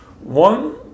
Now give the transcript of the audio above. One